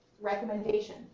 Recommendation